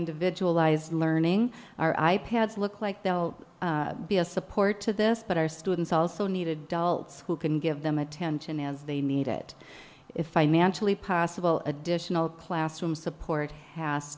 individualized learning our i pads look like they'll be a support to this but our students also needed dolls who can give them attention as they need it it financially possible additional classroom support pas